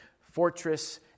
fortress